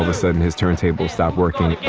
ah sudden his turntable stopped working